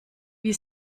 wie